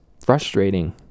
frustrating